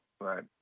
Right